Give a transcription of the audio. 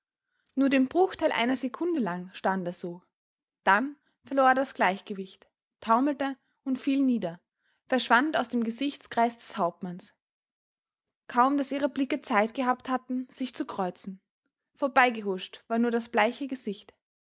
nur den bruchteil einer sekunde lang stand er so dann verlor er das gleichgewicht taumelte und fiel nieder verschwand aus dem gesichtskreis des hauptmanns kaum daß ihre blicke zeit gehabt hatten sich zu kreuzen vorbeigehuscht war nur das bleiche gesicht